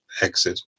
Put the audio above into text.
exit